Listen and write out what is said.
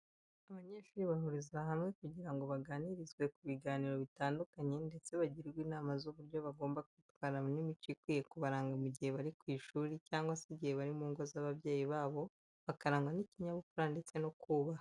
Abanyeshuri bahurizwa hamwe kugira ngo baganirizwe ku biganiro bitandukanye ndetse bagirwe n'inama z'uburyo bagomba kwitwara n'imico ikwiye kubaranga mu gihe bari ku ishuri cyangwa se n'igihe bari mu ngo z'ababyeyi babo bakarangwa n'ikinyabupfura ndetse no kubaha.